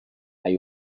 are